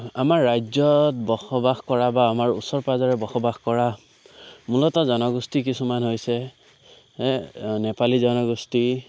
আমাৰ ৰাজ্যত বসবাস কৰা বা আমাৰ ওচৰে পাঁজৰে বসবাস কৰা মূলতঃ জনগোষ্ঠী কিছুমান হৈছে এহ নেপালী জনগোষ্ঠী